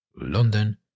London